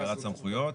העברת סמכויות.